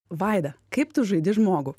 vaida kaip tu žaidi žmogų